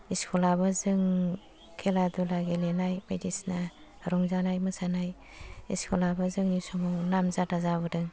इस्कुलाबो जों खेला दुला गेलेनाय बायदिसिना रंजानाय मोसानाय स्कुलाबो जोंनि समाव नाम जादा जाबोदों